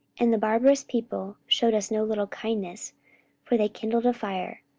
and the barbarous people shewed us no little kindness for they kindled a fire,